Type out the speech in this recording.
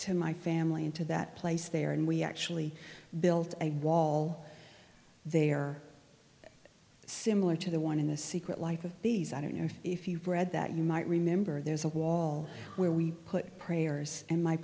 to my family and to that place there and we actually built a wall they are similar to the one in the secret life of these i don't know if you've read that you might remember there's a wall where we put prayers and my